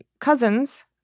cousins